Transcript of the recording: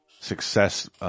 success